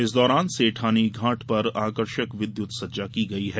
इस दौरान सेठानी घांट पर आकर्षक विद्युत सज्जा की गई है